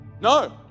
No